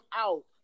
out